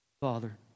Father